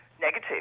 negative